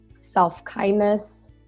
self-kindness